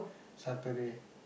Saturday